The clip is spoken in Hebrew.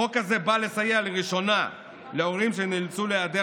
החוק הזה בא לסייע לראשונה להורים שנאלצו להיעדר